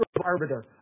arbiter